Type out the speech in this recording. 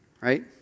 right